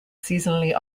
seasonally